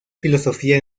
filosofía